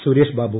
Suresh Babu